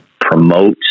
promote